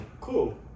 cool